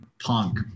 punk